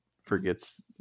Forgets